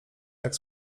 jak